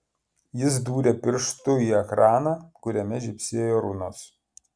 jis dūrė pirštu į ekraną kuriame žybsėjo runos